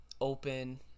open